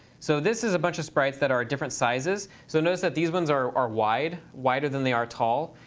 so this is a bunch of sprites that are different sizes. so notice that these ones are are wide, wider than they are tall.